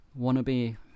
Wannabe